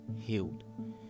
healed